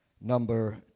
number